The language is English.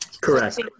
Correct